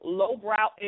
lowbrow